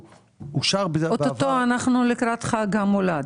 אוטוטו אנחנו לקראת חג המולד